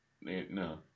no